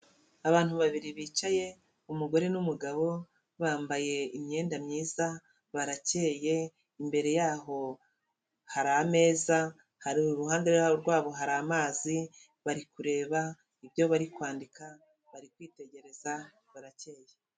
Abantu babiri bicaye umugore n'umugabo bambaye imyenda myiza baracyeye, imbere yabo hari ameza, iruhande rwabo hari amazi, bari kureba ibyo bari kwandika bari kwitegereza barakeye.